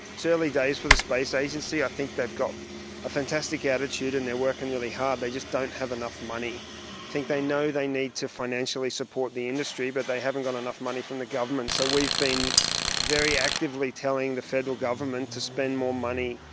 it's early days for the space agency, i think they've got a fantastic attitude and they are working really hard, they just don't have enough money. i think they know they need to financially support the industry but they haven't got enough money from the government, so we've been very actively telling the federal government to spend more money.